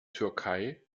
türkei